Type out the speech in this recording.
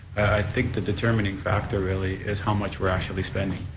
i think the determining factor really is how much we're actually spending.